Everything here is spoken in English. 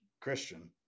Christian